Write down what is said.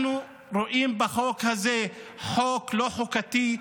אנחנו רואים בחוק הזה חוק לא חוקתי.